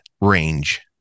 range